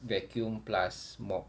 vacuum plus mop